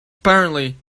apparently